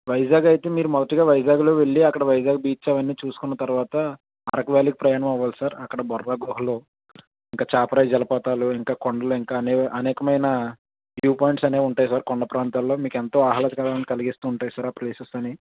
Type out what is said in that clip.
వైజాగ్ అయితే మీరు మొదటిగా వైజాగ్లో వెళ్ళి అక్కడ వైజాగ్ బీచ్ అవన్నీ చూసుకున్న తర్వాత అరకు వ్యాలీకి ప్రయాణం అవ్వాలి సార్ అక్కడ బొర్రా గృహలు ఇంకా చాపరాయి జలపాతాలు ఇంకా కొండలు ఇంకా అనే అనేకమైన వ్యూ పాయింట్స్ అనేవి ఉంటాయి సార్ కొండ ప్రాంతాలలో మీకు ఎంతో ఆహ్లాదకరాన్ని కలిగిస్తు వుంటాయి సార్ ఆ ప్లేసెస్ అని